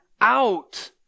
out